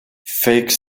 fake